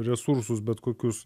resursus bet kokius